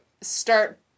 start